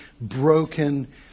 broken